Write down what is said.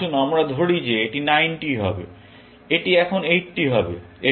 আসুন আমরা ধরি যে এটি 90 হবে এবং এটি এখন 80 হবে